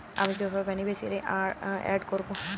আমি কিভাবে beneficiary add করব?